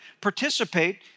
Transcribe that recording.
participate